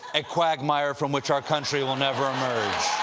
a quagmire from which our country will never emerge.